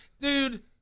dude